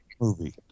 movie